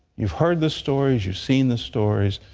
you've heard the stories, you've seen the stories,